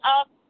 up